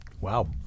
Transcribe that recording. Wow